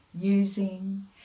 using